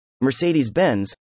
Mercedes-Benz